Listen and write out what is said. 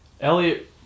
Elliot